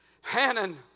Hannon